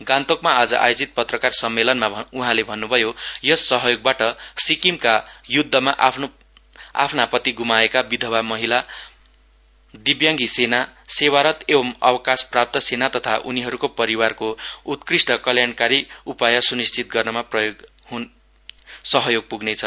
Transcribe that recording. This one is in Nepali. गान्तोकमा आज आयोजित पत्रकार सम्मेलनमा उहाँले भन्नुभयो यस सहयोगबाट सिक्किमका युद्धमा आफ्ना पति गुमाएका विधवा महिला दिव्याङ्गी सेना सेवारत एवं अवकाश प्राप्त सेना तथा उनीहरूको परिवारको उत्कृष्ट कल्याणकारी उपाय सुनिधित गर्नमा सहयोग पुग्नेछ